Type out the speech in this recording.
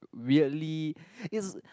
weirdly it's